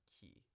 key